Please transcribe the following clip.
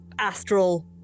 astral